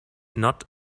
not